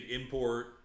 import